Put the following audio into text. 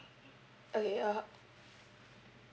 okay uh